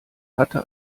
hatte